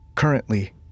Currently